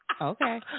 Okay